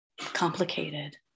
complicated